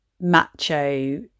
macho